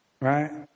Right